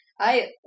I-